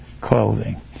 clothing